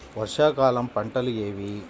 వర్షాకాలం పంటలు ఏవి?